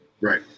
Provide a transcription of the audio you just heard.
Right